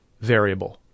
variable